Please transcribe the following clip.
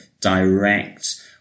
direct